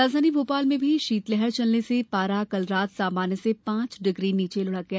राजधानी भोपाल में भी शीतलहर चलने से पारा कल रात सामान्य से पांच डिग्री लुढ़क गया